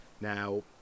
Now